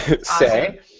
Say